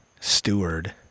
steward